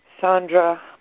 Sandra